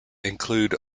include